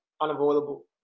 unavoidable